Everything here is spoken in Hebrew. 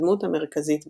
הדמות המרכזית בחייו.